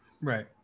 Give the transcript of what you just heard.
Right